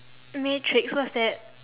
matrix what's that